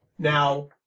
Now